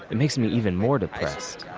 it makes me even more depressed.